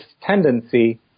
tendency